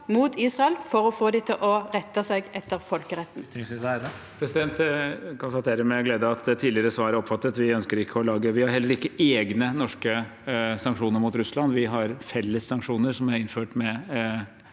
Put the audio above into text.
mot Israel for å få dei til å retta seg etter folkeretten?